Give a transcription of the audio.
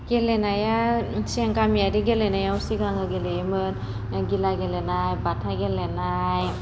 गेलेनाया सिगां गामियारि गेलेनायाव सिगां गेलेयोमोन गिला गेलेनाय बाथा गेलेनाय